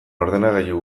ordenagailu